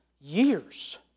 years